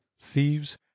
thieves